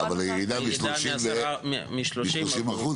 הממשלה עם האפשרות לשנות תוכנית בהליך מהיר או מקוצר לאחר שכבר אושרה,